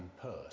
purse